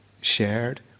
shared